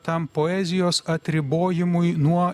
tam poezijos atribojimui nuo